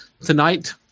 tonight